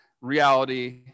reality